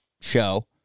show